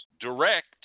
direct